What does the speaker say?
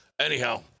Anyhow